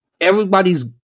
everybody's